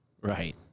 Right